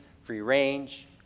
free-range